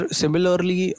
similarly